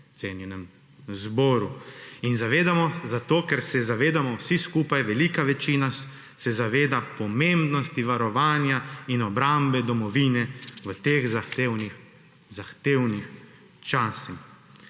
cenjenem zboru. In zavedamo… Zato, ker se zavedamo vsi skupaj, velika večina se zaveda pomembnosti varovanja in obrambe domovine v teh zahtevnih,